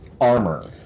armor